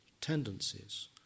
tendencies